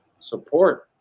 support